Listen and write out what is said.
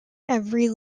every